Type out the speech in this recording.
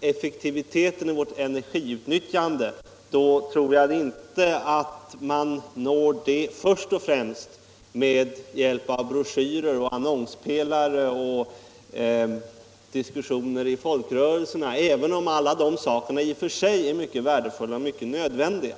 effektiviteten i vårt energiutnyttjande, då är det annat som skall till än broschyrer, annonspelare och diskussioner i folkrörelserna, även om alla dessa saker är värdefulla och nödvändiga.